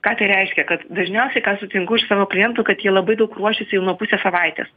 ką tai reiškia kad dažniausiai ką aš sutinku iš savo klientų kad jie labai daug ruošiasi jau nuo pusės savaitės